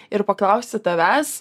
ir paklausiu tavęs